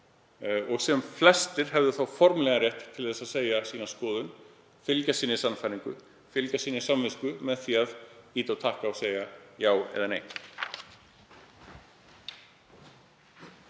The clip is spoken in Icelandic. og sem flestir hefðu formlegan rétt til að segja sína skoðun, fylgja sinni sannfæringu, fylgja sinni samvisku með því að ýta á takka og segja já eða nei.